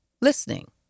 listening